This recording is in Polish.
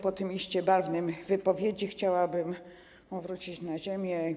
Po tej iście barwnej wypowiedzi chciałabym wrócić na ziemię.